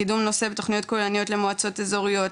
קידום נושא ותוכניות כוללניות למועצות אזוריות,